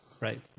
Right